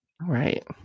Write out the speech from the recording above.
right